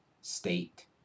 state